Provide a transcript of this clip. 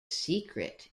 secret